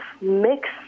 mix